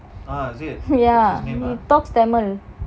he talks tamil